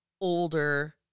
older